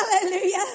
Hallelujah